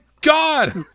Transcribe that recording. God